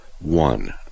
one